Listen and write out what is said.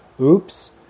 oops